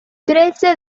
crece